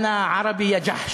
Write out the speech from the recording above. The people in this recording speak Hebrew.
אנא ערבי, יא ג'חש.